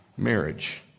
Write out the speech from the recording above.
Marriage